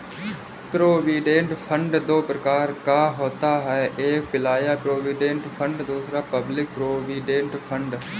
provident fund दो प्रकार का होता है एक एंप्लॉय प्रोविडेंट फंड दूसरा पब्लिक प्रोविडेंट फंड